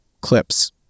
clips